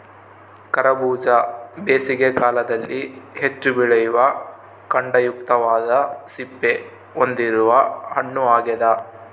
ಕರಬೂಜ ಬೇಸಿಗೆ ಕಾಲದಲ್ಲಿ ಹೆಚ್ಚು ಬೆಳೆಯುವ ಖಂಡಯುಕ್ತವಾದ ಸಿಪ್ಪೆ ಹೊಂದಿರುವ ಹಣ್ಣು ಆಗ್ಯದ